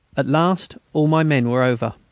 at last all my men were over.